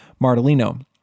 Martellino